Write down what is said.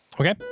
Okay